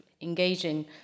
engaging